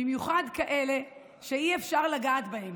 במיוחד כאלה, שאי-אפשר לגעת בהם,